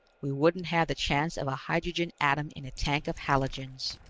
we wouldn't have the chance of a hydrogen atom in a tank of halogens.